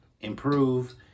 improve